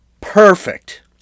perfect